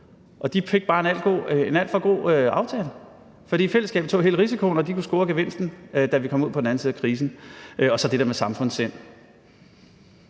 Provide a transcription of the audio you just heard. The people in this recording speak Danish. og de fik bare en alt for god aftale, fordi fællesskabet tog hele risikoen og de kunne score gevinsten, da vi kom ud på den anden side af krisen. I forhold til det der med samfundssind: